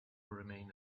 remain